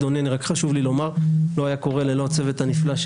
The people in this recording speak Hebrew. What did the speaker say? חשוב לי לומר שכל הדברים האלה לא היו קורים ללא הצוות הנפלא,